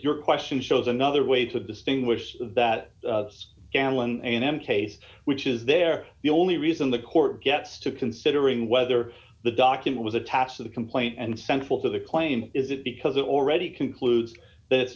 your question shows another ways of distinguished that gallon and m case which is they're the only reason the court gets to considering whether the document was attached to the complaint and central to the claim is it because it already concludes that it's